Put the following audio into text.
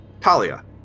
Talia